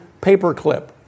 Paperclip